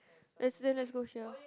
let's then let's go here